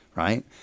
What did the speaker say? Right